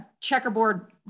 checkerboard